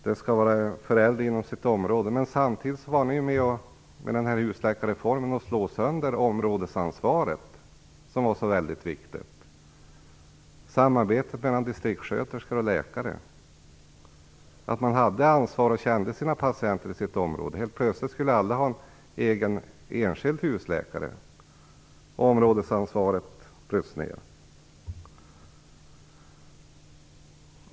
Men med husläkarreformen bidrog ni ju till att slå sönder områdesansvaret som var så viktigt och som innebar ett samarbete mellan distriktssköterskor och läkare, vilka hade ansvar och kände sina patienter i sitt område. Men helt plötsligt skulle alla ha en egen husläkare, och områdesansvaret bröts ned.